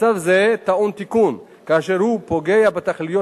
מצב זה טעון תיקון באשר הוא פוגע בתכליות